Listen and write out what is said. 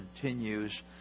continues